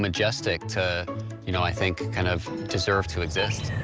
majestic to you know i think kind of deserve to exist.